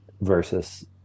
versus